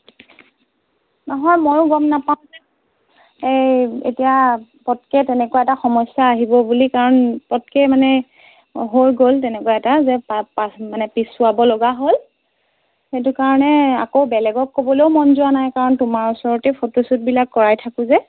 নহয় ময়ো গম নাপাওঁ যে এই এতিয়া পতকৈ তেনেকুৱা এটা সমস্যা আহিব বুলি কাৰণ পতকৈ মানে হৈ গ'ল তেনেকুৱা এটা যে পা পা মানে পিছুৱাব লগা হ'ল সেইটো কাৰণে আকৌ বেলেগক ক'বলৈও মন যোৱা নাই কাৰণ তোমাৰ ওচৰতে ফটোশ্বুটবিলাক কৰাই থাকোঁ যে